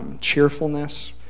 Cheerfulness